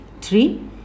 Three